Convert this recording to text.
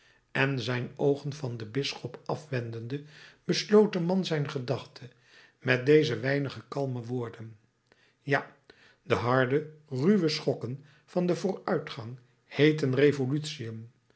en zijn oogen van den bisschop afwendende besloot de man zijn gedachte met deze weinige kalme woorden ja de harde ruwe schokken van den vooruitgang heeten revolutiën